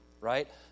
right